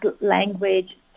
language